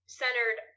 centered